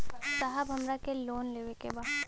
साहब हमरा के लोन लेवे के बा